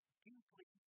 deeply